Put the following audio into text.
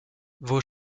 vos